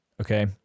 Okay